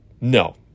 no